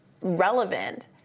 relevant